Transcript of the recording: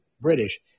British